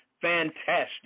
fantastic